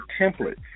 templates